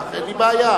כך אין לי בעיה.